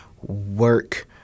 work